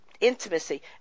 intimacy